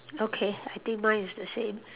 okay I think mine is the same